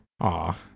Aw